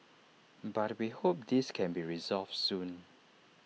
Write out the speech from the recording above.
but we hope this can be resolved soon